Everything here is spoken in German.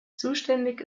zuständig